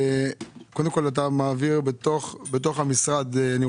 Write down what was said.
אני רואה את השינויים בתוך המשרד.